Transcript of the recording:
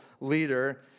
leader